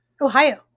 Ohio